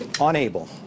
unable